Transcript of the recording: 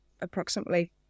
approximately